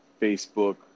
Facebook